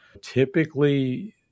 Typically